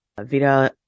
Vida